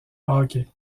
hockey